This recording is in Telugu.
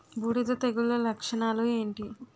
బూడిద తెగుల లక్షణాలు ఏంటి?